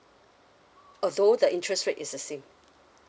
although the interest rate is the same